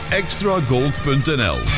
extragold.nl